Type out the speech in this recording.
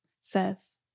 says